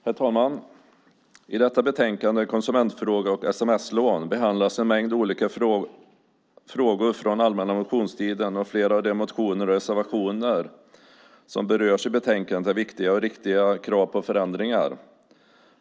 Herr talman! I detta betänkande, Konsumentfrågor och sms-lån , behandlas en mängd olika frågor från allmänna motionstiden. Flera av de motioner och reservationer som berörs i betänkandet är viktiga och riktiga krav på förändringar.